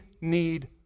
need